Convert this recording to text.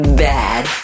bad